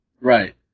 Right